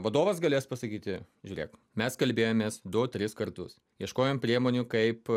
vadovas galės pasakyti žiūrėk mes kalbėjomės du tris kartus ieškojom priemonių kaip